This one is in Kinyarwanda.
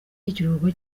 y’ikiruhuko